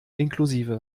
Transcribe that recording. inklusive